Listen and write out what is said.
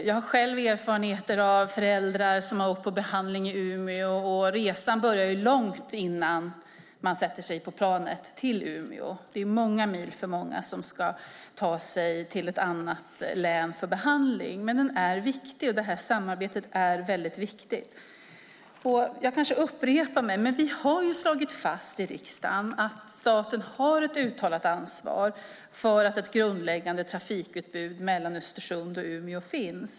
Jag har själv erfarenheter av föräldrar som har åkt på behandling i Umeå. Resan börjar långt innan man sätter sig på planet till Umeå. Det är många mil för många som ska ta sig till ett annat län för behandling. Det här samarbetet är väldigt viktigt. Jag kanske upprepar mig, men vi har ju slagit fast i riksdagen att staten har ett uttalat ansvar för att det finns ett grundläggande trafikutbud mellan Östersund och Umeå.